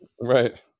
Right